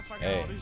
Hey